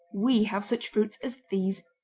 we have such fruits as these.